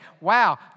wow